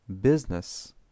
business